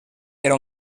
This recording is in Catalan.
era